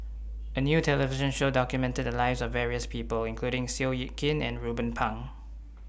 A New television Show documented The Lives of various People including Seow Yit Kin and Ruben Pang